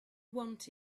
want